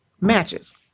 matches